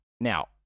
Now